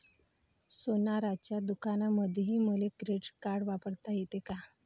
सोनाराच्या दुकानामंधीही मले क्रेडिट कार्ड वापरता येते का?